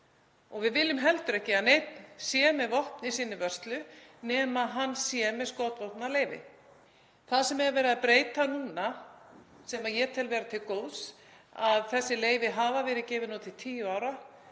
og við viljum ekki að neinn sé með vopn í sinni vörslu nema hann sé með skotvopnaleyfi. Það sem er verið að breyta núna, sem ég tel vera til góðs, er að þessi leyfi hafa verið gefin út til tíu ára